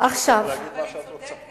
את יכולה להגיד מה שאת רוצה.